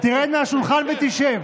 תרד מהשולחן ותשב.